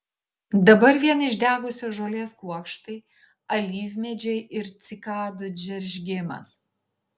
dabar vien išdegusios žolės kuokštai alyvmedžiai ir cikadų džeržgimas